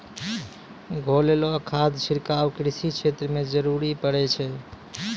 घोललो खाद छिड़काव कृषि क्षेत्र म जरूरी पड़ै छै